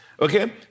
Okay